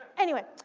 anyway.